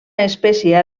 espècie